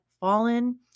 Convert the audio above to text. fallen